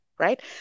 Right